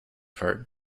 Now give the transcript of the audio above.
part